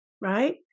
right